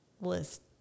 list